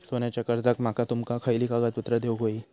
सोन्याच्या कर्जाक माका तुमका खयली कागदपत्रा देऊक व्हयी?